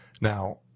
now